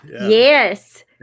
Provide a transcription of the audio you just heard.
Yes